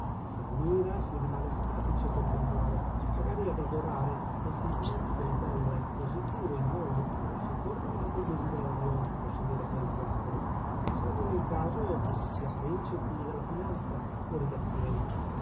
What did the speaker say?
si ammira si rimane estatici a contemplare magari ad adorare ma il sentimento del bello è così puro in noi che non si forma neanche il desiderio di possedere quel quadro salvo nel caso che si sia principi della finanza o rigattieri